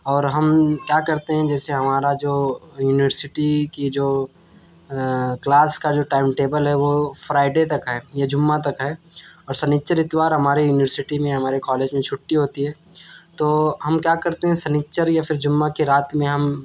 اور ہم کیا کرتے ہیں جیسے ہمارا جو یونیورسٹی کی جو کلاس کا جو ٹائم ٹیبل ہے وہ فرائیڈے تک ہے یا جمعہ تک ہے اور سنیچر اتوار ہمارے یونیورسٹی میں ہمارے کالج میں چھٹی ہوتی ہے تو ہم کیا کرتے ہیں سنیچر یا پھر جمعہ کی رات میں ہم